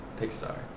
Pixar